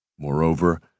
Moreover